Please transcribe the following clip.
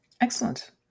Excellent